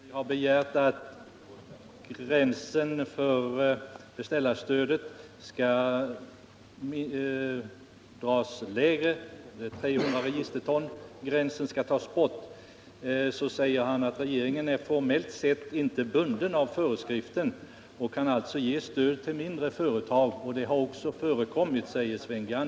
Herr talman! Jag skall bara säga ett par ord till Sven G. Andersson med anledning av hans omdöme om vår reservation, som enligt honom skulle vara onödig. Vi har begärt att den nuvarande gränsen för beställarstöd vid 300 registerton skall tas bort. Sven G. Andersson sade i sitt anförande att regeringen formellt sett inte är bunden av förordningen om statligt stöd till beställare av fartyg utan kan ge stöd till mindre fartyg och att det också har förekommit.